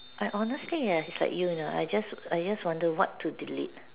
I honestly yes like you lah I just I just wonder what to delete